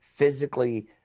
physically